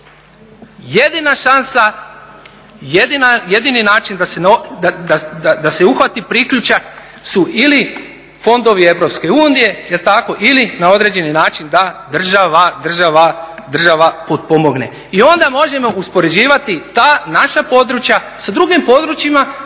Jedina šansa, jedni način da se uhvati priključak su ili fondovi EU jel tako ili na određeni način da država potpomogne. I onda možemo uspoređivati ta naša područja sa drugim područjima